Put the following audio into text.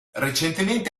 recentemente